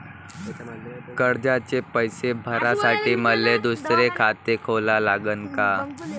कर्जाचे पैसे भरासाठी मले दुसरे खाते खोला लागन का?